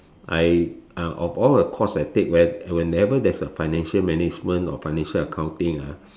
I uh of all the course I take when whenever there is a financial management or financial accounting ah